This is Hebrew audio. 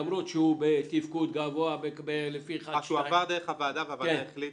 למרות שהוא בתפקוד גבוה --- שהוא עבר דרך הוועדה והוועדה החליטה?